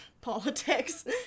politics